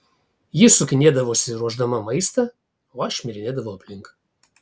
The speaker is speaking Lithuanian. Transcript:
ji sukinėdavosi ruošdama maistą o aš šmirinėdavau aplink